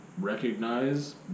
recognize